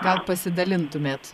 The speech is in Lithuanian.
gal pasidalintumėt